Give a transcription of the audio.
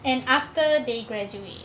and after they graduate